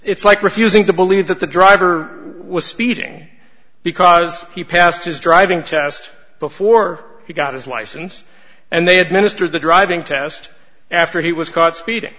it's like refusing to believe that the driver was speeding because he passed his driving test before he got his license and they administered the driving test after he was caught speeding